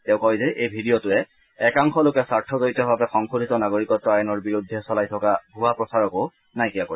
তেওঁ কয় যে এই ভিডিঅটোৱে একাংশ লোকে স্বাৰ্থজড়িতভাৱে সংশোধীত নাগৰিকত্ব আইনৰ বিৰুদ্ধে চলাই থকা ভুৱা প্ৰচাৰকো নাইকিয়া কৰিব